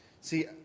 See